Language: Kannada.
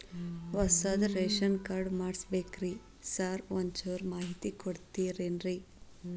ಹೊಸದ್ ರೇಶನ್ ಕಾರ್ಡ್ ಮಾಡ್ಬೇಕ್ರಿ ಸಾರ್ ಒಂಚೂರ್ ಮಾಹಿತಿ ಕೊಡ್ತೇರೆನ್ರಿ?